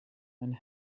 and